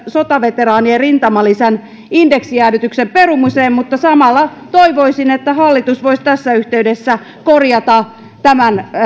sotaveteraanien rintamalisän indeksijäädytyksen perumiseen mutta samalla toivoisin että hallitus voisi tässä yhteydessä korjata tämän